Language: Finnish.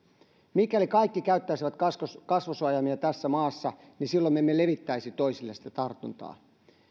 mikäli kaikki käyttäisivät kasvosuojaimia tässä maassa silloin me emme levittäisi toisille sitä tartuntaa